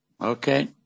okay